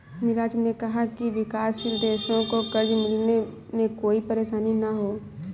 मिराज ने कहा कि विकासशील देशों को कर्ज मिलने में कोई परेशानी न हो